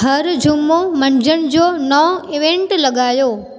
हर जुमों मंझंदि जो नओं इवेंट लगायो